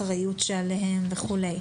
האחריות שחלה עליהם וכולי.